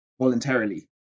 voluntarily